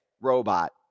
robot